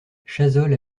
chazolles